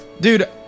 Dude